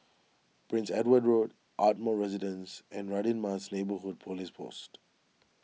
Prince Edward Road Ardmore Residence and Radin Mas Neighbourhood Police Post